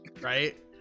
right